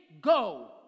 go